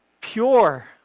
pure